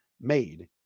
made